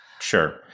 Sure